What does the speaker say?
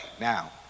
Now